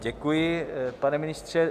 Děkuji, pane ministře.